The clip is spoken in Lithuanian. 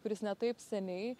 kuris ne taip seniai